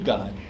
God